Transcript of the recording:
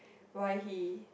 why he